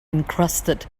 encrusted